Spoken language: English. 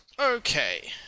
Okay